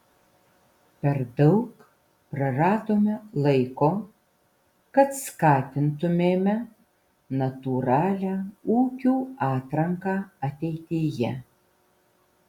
per daug praradome laiko kad skatintumėme natūralią ūkių atranką ateityje